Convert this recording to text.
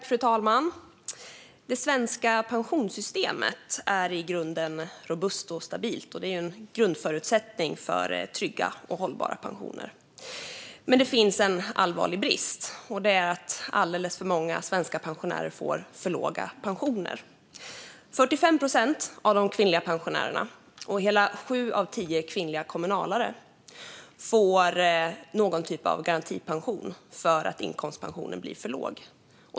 Fru talman! Det svenska pensionssystemet är i grunden robust och stabilt, och det är ju en grundförutsättning för trygga och hållbara pensioner. Men det finns en allvarlig brist, och det är att alldeles för många svenska pensionärer får för låga pensioner. 45 procent av de kvinnliga pensionärerna och hela sju av tio kvinnliga kommunalare får någon typ av garantipension för att inkomstpensionen blir för låg.